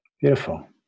Beautiful